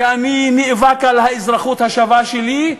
שאני נאבק על האזרחות השווה שלי,